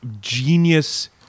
genius